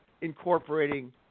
incorporating